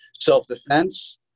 self-defense